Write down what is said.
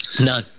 No